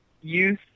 youth